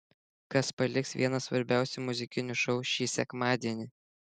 kas paliks vieną svarbiausių muzikinių šou šį sekmadienį